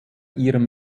ihrem